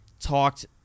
talked